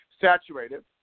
Saturated